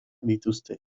dituzte